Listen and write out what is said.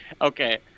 okay